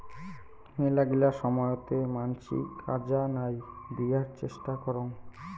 মেলাগিলা সময়তে মানসি কাজা নাই দিয়ার চেষ্টা করং